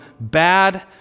bad